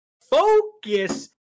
Focus